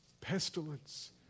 pestilence